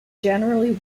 generally